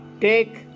Take